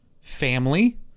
family